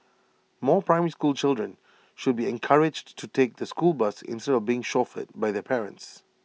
more primary school children should be encouraged to take the school bus instead of being chauffeured by the parents